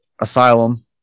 asylum